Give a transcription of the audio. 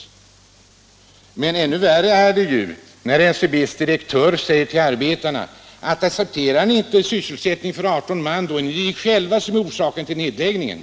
industri i Köpman Men ännu värre är det när NCB:s direktör säger till arbetarna: Ac holmen cepterar ni inte sysselsättning för 18 man, är det ni själva som förorsakar nedläggningen.